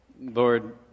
Lord